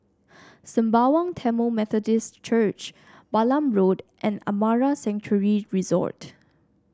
Sembawang Tamil Methodist Church Balam Road and Amara Sanctuary Resort